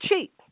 cheap